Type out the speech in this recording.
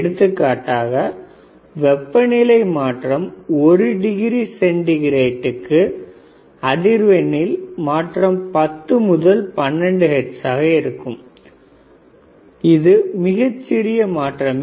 எடுத்துக்காட்டாக வெப்பநிலை மாற்றம் ஒரு டிகிரி சென்டிகிரேட் க்கு அதிர்வெண்ணில் மாற்றம் 10 முதல் 12 ஹெர்ட்ஸ் ஆக இருக்கும் பொழுது இது மிகச் சிறிய மாற்றமே